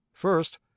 First